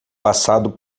passado